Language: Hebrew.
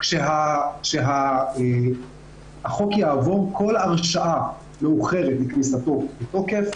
מרגע שהחוק יעבור כל הרשעה מאוחרת לכניסתו תהיה בתוקף.